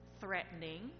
Threatening